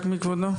רק מי כבודו?